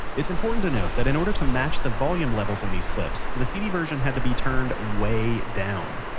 it's important to note that in order to match the volume levels in these clips, the cd version had to be turned way down.